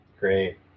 great